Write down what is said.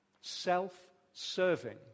Self-serving